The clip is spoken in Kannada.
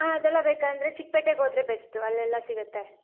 ಹಾಂ ಅದೆಲ್ಲ ಬೇಕಂದರೆ ಚಿಕ್ಪೇಟೆಗೋದ್ರೆ ಬೆಸ್ಟು ಅಲ್ಲೆಲ್ಲ ಸಿಗುತ್ತೆ